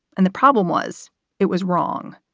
and the problem was it was wrong.